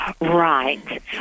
Right